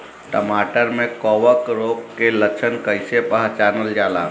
टमाटर मे कवक रोग के लक्षण कइसे पहचानल जाला?